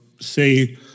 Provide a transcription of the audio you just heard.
say